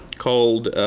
called